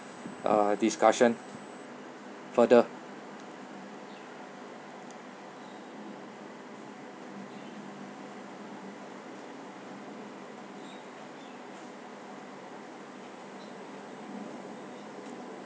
uh discussion further